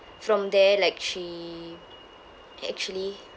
from there like she actually